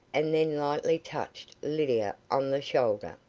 and then lightly touched lydia on the shoulder.